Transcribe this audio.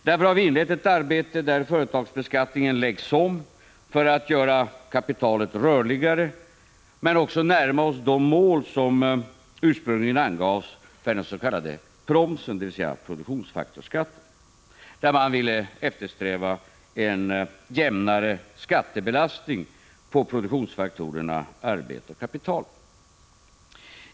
Därför har vi inlett ett arbete på att lägga om företagsbeskattningen för att göra kapitalet rörligare men också för att närma oss de mål som ursprungli gen angavs för den s.k. promsen, dvs. produktionsfaktorsskatten. Där eftersträvades en jämnare skattebelastning på produktionsfaktorerna arbete och kapital.